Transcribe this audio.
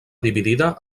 dividida